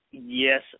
Yes